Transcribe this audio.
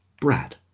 brad